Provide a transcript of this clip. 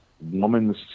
woman's